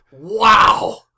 Wow